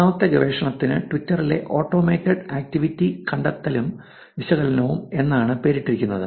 മൂന്നാമത്തെ ഗവേഷണത്തിന് ട്വിറ്ററിലെ ഓട്ടോമേറ്റഡ് ആക്റ്റിവിറ്റി കണ്ടെത്തലും വിശകലനവും എന്നാണ് പേരിട്ടിരിക്കുന്നത്